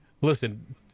Listen